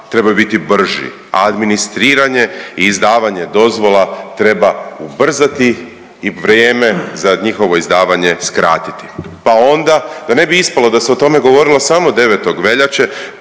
trebaju biti brži, a administriranje i izdavanje dozvola treba ubrzati i vrijeme za njihovo izdavanje skratiti, pa onda da ne bi ispalo da se o tome govorilo samo 9. veljače,